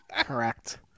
Correct